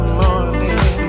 morning